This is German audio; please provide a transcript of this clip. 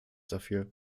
dafür